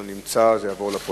שאל את שר